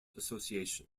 association